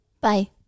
Bye